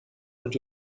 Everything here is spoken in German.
und